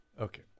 Okay